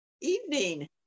evening